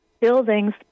buildings